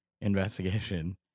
investigation